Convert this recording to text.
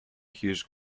his